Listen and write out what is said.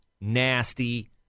nasty